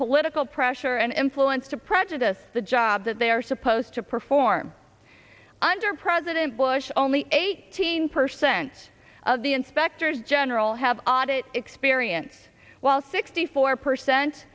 political pressure and influence to prejudice the job that they are supposed to perform and president bush only eighteen percent of the inspectors general have audit experience while sixty four percent